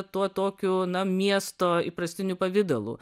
tuo tokiu na miesto įprastiniu pavidalu